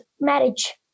marriage